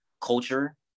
culture